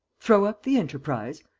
throw up the enterprise?